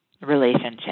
relationship